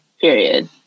period